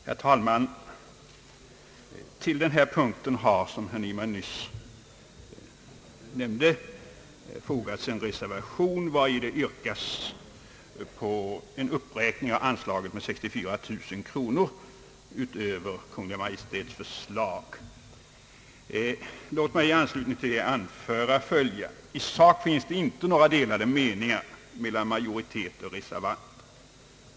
Herr talman! Till den här punkten har, som herr Nyman nyss nämnde, fogats en reservation, vari yrkas på en uppräkning av anslaget med 64 000 kronor utöver Kungl. Maj:ts förslag. Låt mig i anslutning därtill anföra följande. I sak föreligger inte delade meningar mellan majoritet och reservanter.